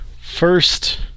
first